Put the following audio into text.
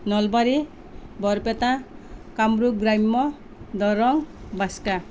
নলবাৰী বৰপেটা কামৰূপ গ্ৰাম্য দৰং বাক্সা